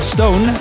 Stone